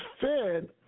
fed